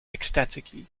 ecstatically